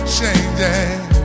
changing